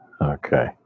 okay